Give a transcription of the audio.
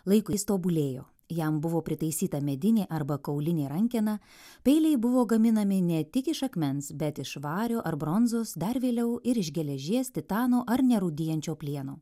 laiko jis tobulėjo jam buvo pritaisyta medinė arba kaulinė rankena peiliai buvo gaminami ne tik iš akmens bet iš vario ar bronzos dar vėliau ir iš geležies titano ar nerūdijančio plieno